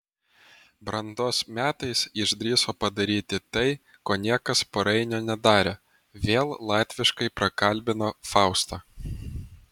brandos metais išdrįso padaryti tai ko niekas po rainio nedarė vėl latviškai prakalbino faustą